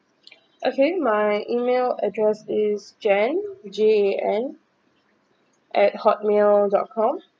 okay my email address is jan J A N at Hotmail dot com